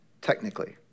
technically